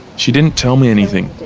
she didn't tell me anything.